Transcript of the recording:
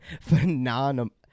phenomenal